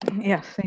Yes